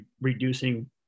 reducing